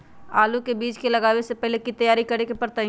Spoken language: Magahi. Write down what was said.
आलू के बीज के लगाबे से पहिले की की तैयारी करे के परतई?